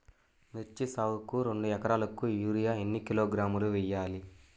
మిర్చి సాగుకు రెండు ఏకరాలకు యూరియా ఏన్ని కిలోగ్రాములు వేయాలి?